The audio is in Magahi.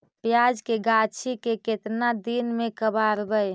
प्याज के गाछि के केतना दिन में कबाड़बै?